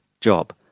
job